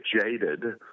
jaded